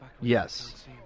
Yes